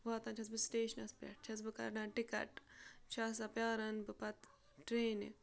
واتان چھَس بہٕ سٕٹیشنَس پٮ۪ٹھ چھَس بہ کَڑان ٹِکَٹ چھُ آسان پیٛاران بہٕ پَتہٕ ٹرٛینہِ